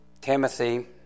Timothy